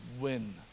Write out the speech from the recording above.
win